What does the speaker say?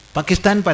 Pakistan